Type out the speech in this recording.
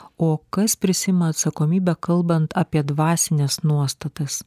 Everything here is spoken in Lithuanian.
o kas prisiima atsakomybę kalbant apie dvasines nuostatas